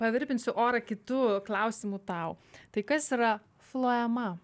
pavirpinsiu orą kitu klausimu tau tai kas yra floema